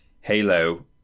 halo